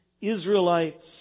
Israelites